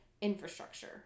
infrastructure